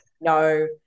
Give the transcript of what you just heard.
no